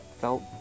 felt